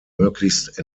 möglichst